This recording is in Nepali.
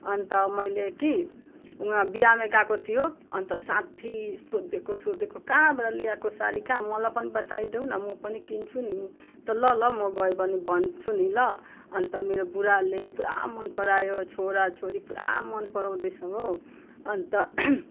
अनि त मैले कि वहाँ बिहामे गएको थियो अनि त साथी सोधेको सोधेको कहाँबाट ल्याएको साडी कहाँ मलाई पनि बताइदेऊ न म पनि किन्छु नि त ल ल म गएँ भने भन्छु नि ल अनि त मेरो बुराले पुरा मन परायो छोराछोरी पुरा मन पराउँदै छ हो अनि त